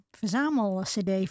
verzamelcd